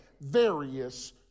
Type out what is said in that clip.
various